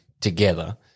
together